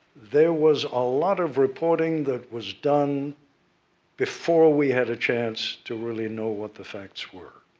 there was a lot of reporting that was done before we had a chance to really know what the facts were.